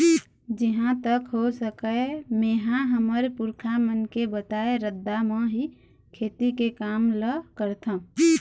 जिहाँ तक हो सकय मेंहा हमर पुरखा मन के बताए रद्दा म ही खेती के काम ल करथँव